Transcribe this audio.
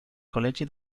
col·legi